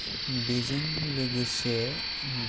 बेजों लोगोसे